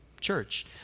church